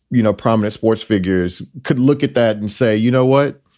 you know, prominent sports figures could look at that and say, you know what?